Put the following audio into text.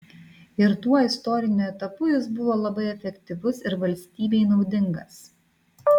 ir tuo istoriniu etapu jis buvo labai efektyvus ir valstybei naudingas